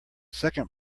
second